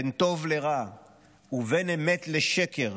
בין טוב לרע ובין אמת לשקר